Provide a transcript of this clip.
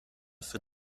für